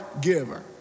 giver